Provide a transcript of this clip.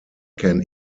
can